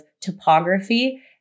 topography